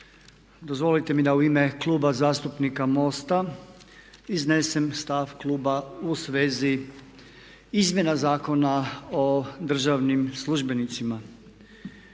Dozvolite mi da u ime Kluba zastupnika MOST-a iznesem stav kluba u svezi izmjena Zakona o državnim službenicima.